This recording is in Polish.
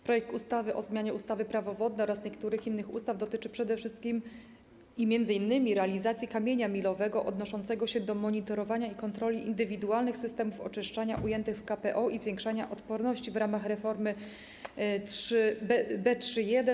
Projekt ustawy o zmianie ustawy - Prawo wodne oraz niektórych innych ustaw dotyczy przede wszystkim i m.in. realizacji kamienia milowego odnoszącego się do monitorowania i kontroli indywidualnych systemów oczyszczania ścieków ujętego w KPO i Zwiększania Odporności, w ramach reformy B3.1.